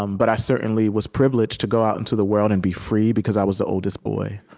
um but i certainly was privileged to go out into the world and be free, because i was the oldest boy.